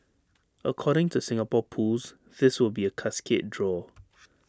according to Singapore pools this will be A cascade draw